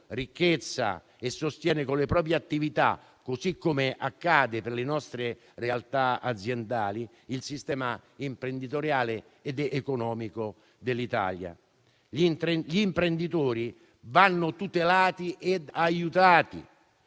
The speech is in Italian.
ricchezza e sostiene con le proprie attività, così come accade per le nostre realtà aziendali, il sistema imprenditoriale ed economico dell'Italia. Gli imprenditori vanno tutelati e aiutati.